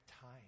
time